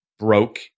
broke